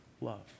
love